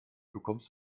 bekommst